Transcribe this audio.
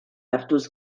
hartuz